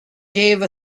gave